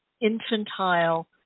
infantile